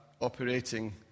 operating